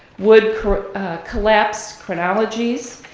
wood collapsed chronologies,